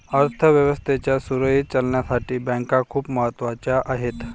अर्थ व्यवस्थेच्या सुरळीत चालण्यासाठी बँका खूप महत्वाच्या आहेत